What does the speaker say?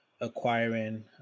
acquiring